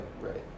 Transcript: right